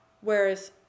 Whereas